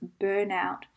burnout